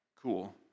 cool